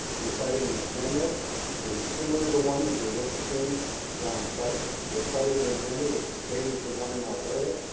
we're fighting an agenda that is similar to the one that we're witnessing down south, we're fitting an agenda that's the same as the one in alberta.